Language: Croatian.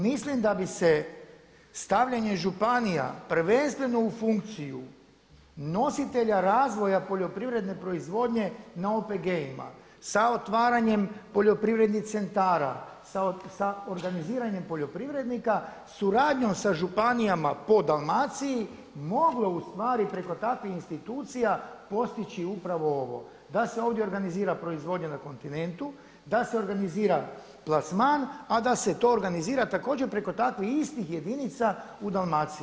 Mislim da bi se stavljanjem županija prvenstveno u funkciju nositelja razvoja poljoprivredne proizvodnje na OPG-ima, sa otvaranjem poljoprivrednih centrala, sa organiziranjem poljoprivrednika, suradnjom sa županijama po Dalmaciji, moglo ustvari preko takvih institucija postići upravo ovo, da se ovdje organizira proizvodnja na kontinentu, da se organizira plasman a da se to organizira također preko takvih istih jedinica u Dalmaciji.